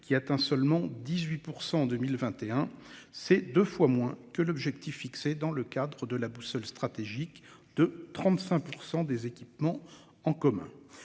qui atteint seulement 18% en 2021, c'est 2 fois moins que l'objectif fixé dans le cadre de la boussole stratégique de 35% des équipements en commun.